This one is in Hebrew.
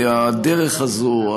והדרך הזאת,